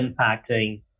impacting